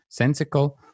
sensical